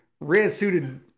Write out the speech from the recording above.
red-suited